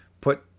put